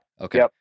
Okay